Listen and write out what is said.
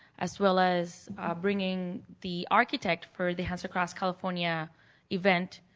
as well as bringing the architect for the hands across california event,